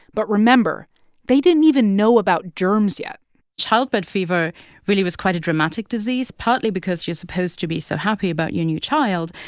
but remember they didn't even know about germs yet childbed fever really was quite a dramatic disease partly because you're supposed to be so happy about your new child,